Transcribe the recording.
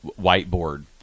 whiteboard